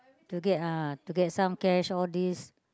to get uh to get some cash all these